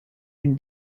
une